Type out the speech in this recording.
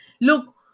Look